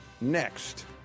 next